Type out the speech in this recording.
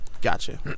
gotcha